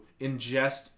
ingest